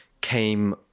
came